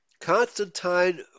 Constantine